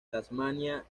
tasmania